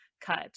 cut